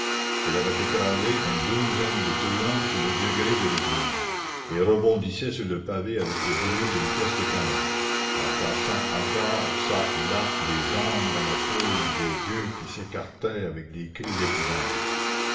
elle avait écrasé une douzaine de truands sur le degré de l'église et rebondissait sur le pavé avec le bruit d'une pièce de canon en cassant encore çà et là des jambes dans la foule des gueux qui s'écartaient avec des cris d'épouvante